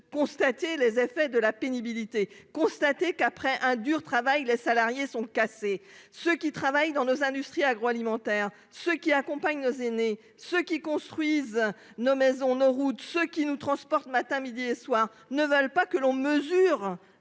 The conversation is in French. constat des effets de la pénibilité, un constat du fait que, après des années de dur labeur, les salariés sont « cassés »? Ceux qui travaillent dans l'industrie agroalimentaire, ceux qui accompagnent nos aînés, ceux qui construisent nos maisons et nos routes, ceux qui nous transportent midi et soir ne veulent pas que l'on mesure